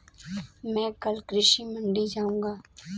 मैं कल कृषि मंडी जाऊँगा